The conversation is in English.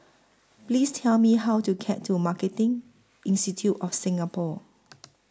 Please Tell Me How to get to Marketing Institute of Singapore